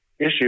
issue